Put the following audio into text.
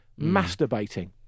masturbating